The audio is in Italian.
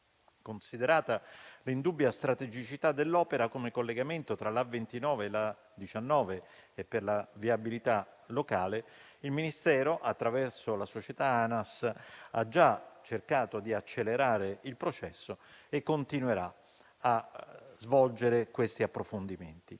Considerata l'indubbia strategicità dell'opera come collegamento tra la A29 e la A19 e per la viabilità locale, il Ministero, attraverso la società ANAS, ha già cercato di accelerare il processo e continuerà a svolgere questi approfondimenti.